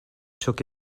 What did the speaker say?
took